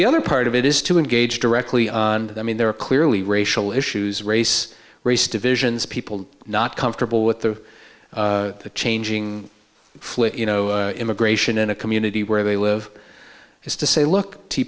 the other part of it is to engage directly i mean there are clearly racial issues race race divisions people not comfortable with the changing flip you know immigration in a community where they live is to say look tea